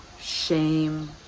shame